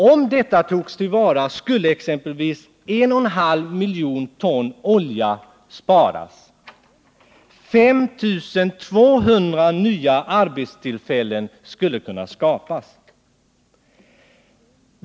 Om detta togs till vara skulle 1,5 miljoner ton olja sparas och 5 200 nya arbetstillfällen skapas.